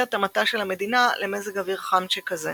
התאמתה של המדינה למזג אוויר חם שכזה.